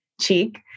cheek